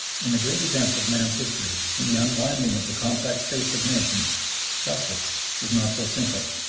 in the great events of man's history, in the unwinding of the complex fates of nations justice is not so simple.